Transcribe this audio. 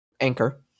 Anchor